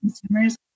consumers